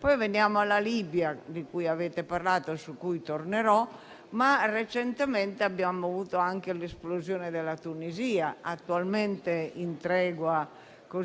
C'è poi la Libia - di cui avete parlato e su cui tornerò - ma recentemente abbiamo avuto anche l'esplosione della Tunisia, attualmente in una tregua